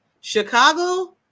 Chicago